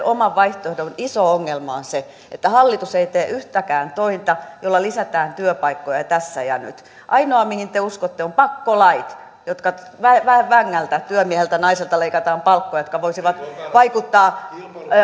oman vaihtoehdon iso ongelma on se että hallitus ei tee yhtäkään tointa jolla lisätään työpaikkoja tässä ja nyt ainoa mihin te uskotte on pakkolait joilla väen väen vängällä työmieheltä naiselta leikataan palkkoja ja jotka voisivat vaikuttaa